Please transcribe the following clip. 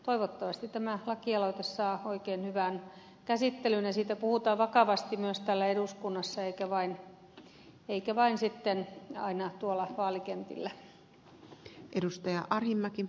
toivottavasti tämä lakialoite saa oikein hyvän käsittelyn ja siitä puhutaan vakavasti myös täällä eduskunnassa eikä vain sitten aina tuolla vaalikentillä